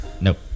Nope